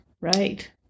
right